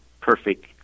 perfect